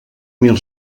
mil